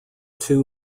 two